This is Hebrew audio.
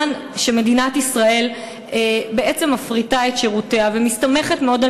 מדינת ישראל בעצם מפריטה את שירותיה ומסתמכת מאוד על